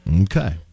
Okay